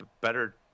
better